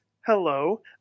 Hello